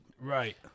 Right